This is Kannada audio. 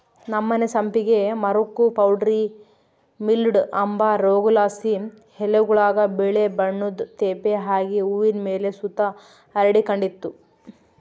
ನಮ್ಮನೆ ಸಂಪಿಗೆ ಮರುಕ್ಕ ಪೌಡರಿ ಮಿಲ್ಡ್ವ ಅಂಬ ರೋಗುದ್ಲಾಸಿ ಎಲೆಗುಳಾಗ ಬಿಳೇ ಬಣ್ಣುದ್ ತೇಪೆ ಆಗಿ ಹೂವಿನ್ ಮೇಲೆ ಸುತ ಹರಡಿಕಂಡಿತ್ತು